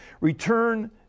return